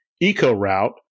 eco-route